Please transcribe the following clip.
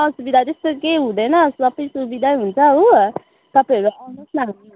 असुविधा त्यस्तो केही हुँदैन सबै सुविधै हुन्छ हो तपाईँहरू आउनुहोस् न